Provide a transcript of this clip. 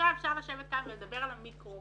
אפשר לשבת כאן ולדבר המיקרו